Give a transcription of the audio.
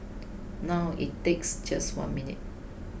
now it takes just one minute